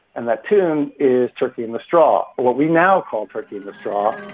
and that tune is turkey in the straw what we now call turkey in the straw.